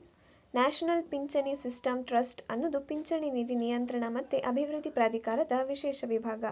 national ಪಿಂಚಣಿ system trust ಅನ್ನುದು ಪಿಂಚಣಿ ನಿಧಿ ನಿಯಂತ್ರಣ ಮತ್ತೆ ಅಭಿವೃದ್ಧಿ ಪ್ರಾಧಿಕಾರದ ವಿಶೇಷ ವಿಭಾಗ